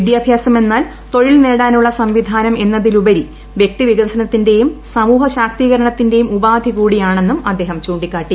വിദ്യാഭ്യാസമെന്നാൽ തൊഴിൽ നേടാനുള്ള സംവിധാനം എന്നതിലുപരി വൃക്തിവികസനത്തിന്റെയും സമൂഹശാക്തീകരണത്തിന്റെയും ഉപാധി കൂടിയാണെന്നും അദ്ദേഹം ചൂണ്ടിക്കാട്ടി